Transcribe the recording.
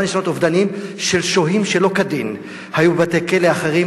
של שוהים שלא כדין היו בבתי-כלא אחרים,